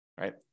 right